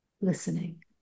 listening